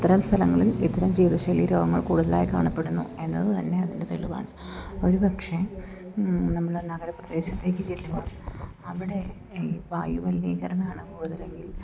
അത്തരം സ്ഥലങ്ങളിൽ ഇത്തരം ജീവിതശൈലി രോഗങ്ങൾ കൂടുതലായി കാണപ്പെടുന്നു എന്നതു തന്നെ അതിൻ്റെ തെളിവാണ് ഒരുപക്ഷെ നമ്മൾ നഗരപ്രദേശത്തേക്ക് ചെല്ലുവാണ് അവിടെ ഈ വായു മലിനീകരണമാണ് കൂടുതൽ എങ്കിൽ